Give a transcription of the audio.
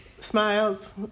smiles